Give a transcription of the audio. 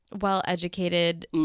Well-educated